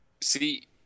See